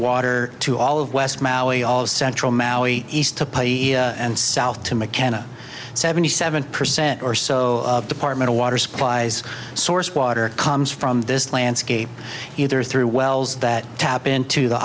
water to all of west maui all of central east and south to mckenna seventy seven percent or so department of water supplies source water comes from this landscape either through wells that tap into the